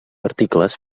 articles